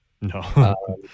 No